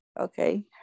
Okay